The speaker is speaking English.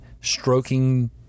stroking